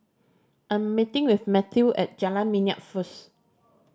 I am meeting Mathew at Jalan Minyak first